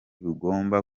bugomba